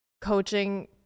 coaching